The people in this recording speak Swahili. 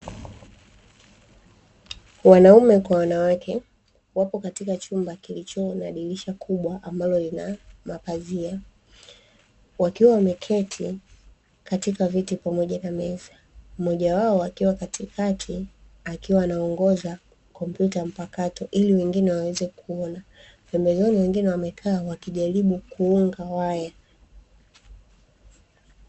Wanaume kwa wanawake wapo katika chumba kilichomomea dirisha kubwa ambalo lina mapazia wakiwa wameketi katika viti pamoja na meza, moja wao akiwa katikati akiwa anaongoza kompyuta mpakato ili wengine waweze kuona pembezoni wengine wamekaa wakijaribu kuunga waya.